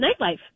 nightlife